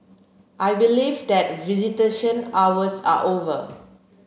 I believe that visitation hours are over